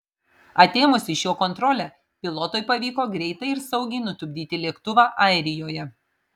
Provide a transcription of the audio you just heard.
atėmus iš jo kontrolę pilotui pavyko greitai ir saugiai nutupdyti lėktuvą airijoje